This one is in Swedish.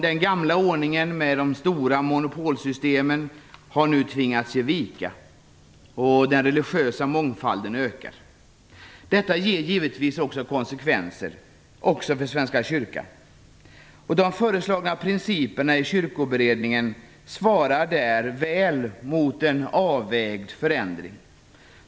Den gamla ordningen med de stora monopolsystemen har nu tvingats ge vika, och den religiösa mångfalden ökar. Detta ger givetvis konsekvenser också för Svenska kyrkan. De av Kyrkoberedningen föreslagna principerna svarar väl mot en avvägd förändring.